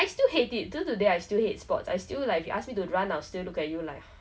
knowing the fact that I know that I'm not good at it made me like